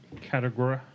category